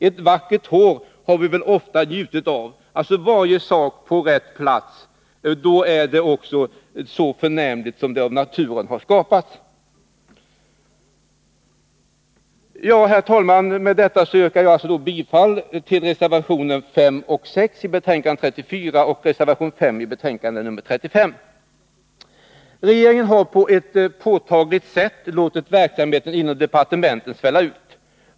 Ett vackert hår har vi väl ofta njutit av. Alltså: Varje sak på rätt plats, då kommer det till sin rätt och fyller avsedd funktion. Herr talman! Med detta yrkar jag bifall till reservationerna 5 och 6 i betänkande 34 och reservation 5 i betänkande 35. Regeringen har på ett påtagligt sätt låtit verksamheten inom departementet svälla ut.